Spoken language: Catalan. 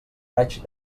raig